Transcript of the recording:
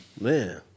Man